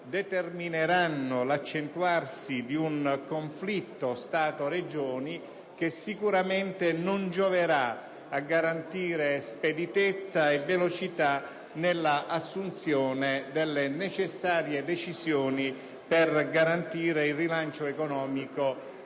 determineranno l'accentuarsi di un conflitto Stato‑Regioni, che sicuramente non gioverà a garantire speditezza e velocità nell'assunzione delle necessarie decisioni per il rilancio economico del